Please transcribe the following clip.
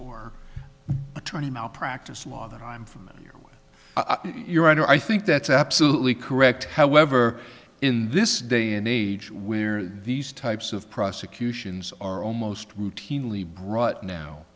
or attorney malpractise law that i'm familiar with your honor i think that's absolutely correct however in this day and age where these types of prosecutions are almost routinely brought